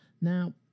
Now